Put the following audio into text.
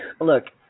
Look